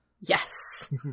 Yes